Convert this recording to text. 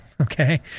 okay